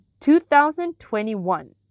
2021